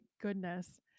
goodness